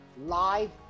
live